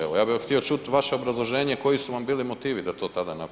Evo ja bih htio čuti vaše obrazloženje koji su vam bili motivi da to tada